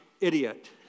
idiot